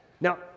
Now